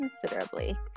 considerably